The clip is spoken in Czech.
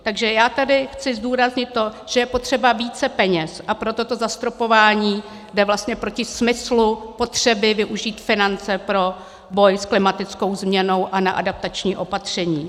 Takže já tady chci zdůraznit to, že je potřeba více peněz, a proto to zastropování jde vlastně proti smyslu potřeby využít finance pro boj s klimatickou změnou a na adaptační opatření.